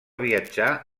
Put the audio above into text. viatjar